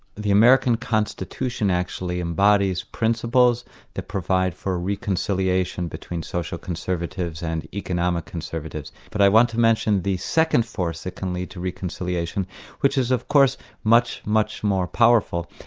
the american constitution actually embodies principles that provide for reconciliation between social conservatives and economic conservatives. but i want to mention the second force that can lead to reconciliation which is of course much, much more powerful,